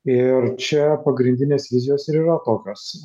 ir čia pagrindinės vizijos ir yra tokios